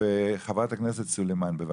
חברת הכנסת סלימאן, בבקשה.